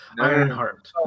Ironheart